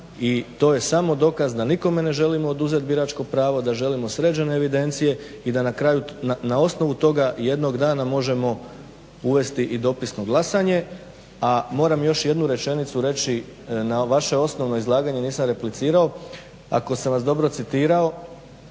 i to je samo dokaz da nikome ne želimo oduzet biračko pravo, da želimo sređene evidencije i da na kraju na osnovu toga jednog dana možemo uvesti i dopisno glasanje. A moram još jednu rečenicu reći, na vaše osnovno izlaganje nisam replicirao, ako sam vas dobro citirao